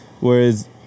whereas